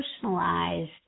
personalized